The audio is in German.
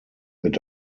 mit